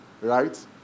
right